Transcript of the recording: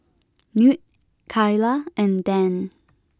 Knute Kyla and Dan